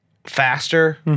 Faster